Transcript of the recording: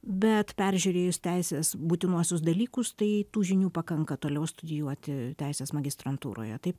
bet peržiūrėjus teisės būtinuosius dalykus tai tų žinių pakanka toliau studijuoti teisės magistrantūroje tai